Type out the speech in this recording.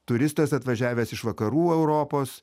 turistas atvažiavęs iš vakarų europos